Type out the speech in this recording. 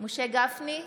משה גפני,